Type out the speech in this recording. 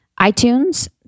itunes